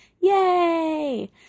Yay